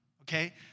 Okay